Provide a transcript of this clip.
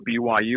BYU